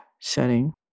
setting